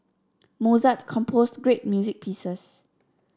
Mozart composed great music pieces